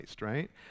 right